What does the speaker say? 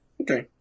Okay